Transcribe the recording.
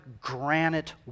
granite